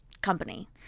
company